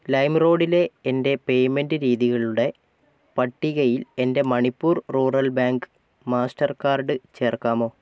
lime റോഡിലെ എൻ്റെ payment രീതികളുടെ പട്ടികയിൽ എൻ്റെ Manipur rural bank Mastercard ചേർക്കാമോ